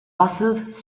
busses